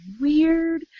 weird